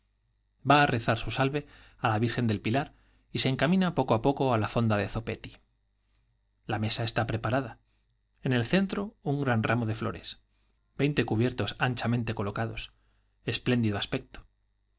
va á rezar su salve á la virgen del pilar y se enca mina poco á p co á la fonda de zopetti la mesa está preparada en el centro un gran ramo de flores veinte cubiertos anchamente colocados espléndido aspecto